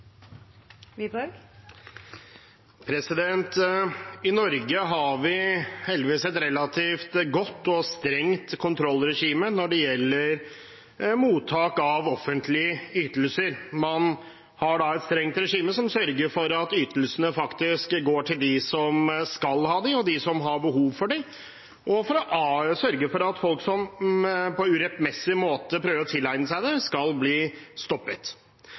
I Norge har vi heldigvis et relativt godt og strengt kontrollregime når det gjelder mottak av offentlige ytelser. Man har et strengt regime som sørger for at ytelsene faktisk går til dem som skal ha dem, og som har behov for dem, og som sørger for at folk som på urettmessig måte prøver å tilegne seg det, skal bli stoppet.